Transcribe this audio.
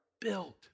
built